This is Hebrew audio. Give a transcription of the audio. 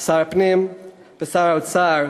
שר הפנים ושר האוצר,